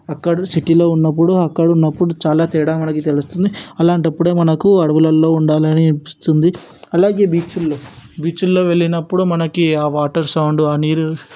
అక్కడ సిటీలో ఉన్నప్పుడు అక్కడ ఉన్నప్పుడు చాలా తేడా మనకి తెలుస్తుంది అలాంటప్పుడే మనకు అడవులల్లో ఉండాలి అనిపిస్తుంది అలాగే బీచ్లో బీచుల్లో వెళ్లినప్పుడు మనకి ఆ వాటర్ సౌండ్ ఆ నీరు